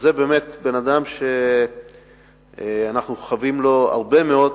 זה באמת בן-אדם שאנחנו חבים לו הרבה מאוד,